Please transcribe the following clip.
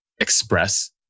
express